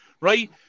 Right